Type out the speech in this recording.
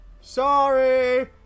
Sorry